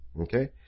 Okay